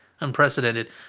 unprecedented